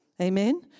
Amen